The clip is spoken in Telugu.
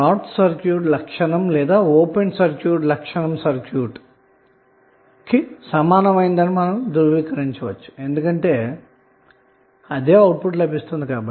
షార్ట్ సర్క్యూట్ లక్షణం లేదా ఓపెన్ సర్క్యూట్ లక్షణం ఏది అయినప్పటికీ కూడా ఇది ఈక్వివలెంట్ సర్క్యూట్ అనిమనం ధృవీకరించవచ్చు ఎందుకంటే ఔట్పుట్ లభిస్తుందిగనక